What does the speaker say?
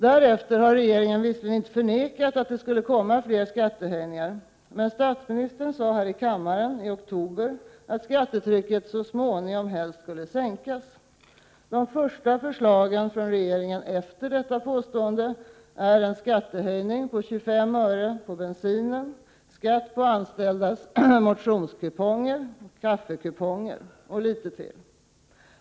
Därefter har regeringen visserligen inte förnekat att det skulle komma fler skattehöjningar, men statsministern sade här i kammaren i oktober att skattetrycket ”så småningom” helst skulle sänkas. De första förslagen från regeringen efter detta påstående är en skattehöjning på 25 öre på bensinen, 9 skatt på anställdas motionskuponger och kaffekuponger och litet till.